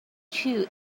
two